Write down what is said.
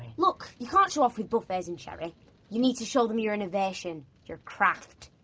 look, you can't show off with buffets and sherry you need to show them your innovation. your craft,